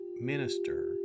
minister